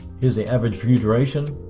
here's the average view duration.